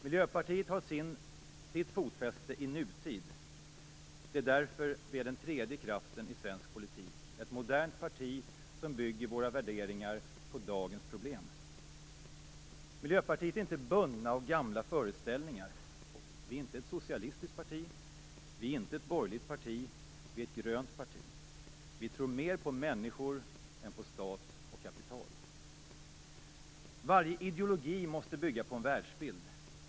Miljöpartiet har sitt fotfäste i nutid - det är därför vi är den tredje kraften i svensk politik, ett modernt parti, som bygger våra värderingar på dagens problem. Miljöpartiet är inte bundet av gamla föreställningar - vi är inte ett socialistiskt parti, och vi är inte ett borgerligt parti, utan vi är ett grönt parti. Vi tror mer på människor än på stat och kapital. Varje ideologi måste bygga på en världsbild.